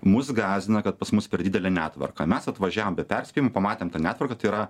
mus gąsdina kad pas mus per didelė netvarka mes atvažiavom be perspėjimo pamatėm tą netvarką tai yra